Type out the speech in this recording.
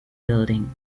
building